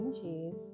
cheese